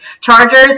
Chargers